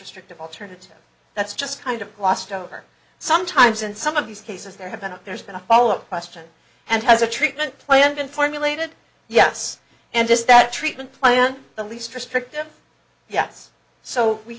restrictive alternative that's just kind of glossed over sometimes in some of these cases there have been a there's been a follow up question and has a treatment plan been formulated yes and just that treatment plan the least restrictive yes so we